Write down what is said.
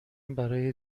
برای